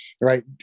Right